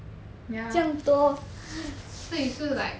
ya 所以是 like